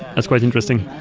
that's quite interesting.